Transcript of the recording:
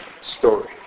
story